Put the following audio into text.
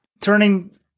Turning